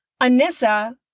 Anissa